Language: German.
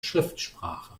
schriftsprache